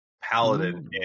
paladin